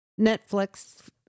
Netflix